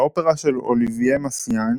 באופרה של אוליבייה מסייאן,